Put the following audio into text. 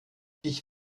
ich